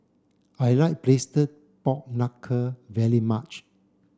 I like Braised Pork Knuckle very much